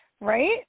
Right